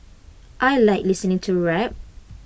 I Like listening to rap